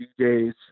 DJs